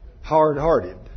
hard-hearted